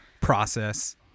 process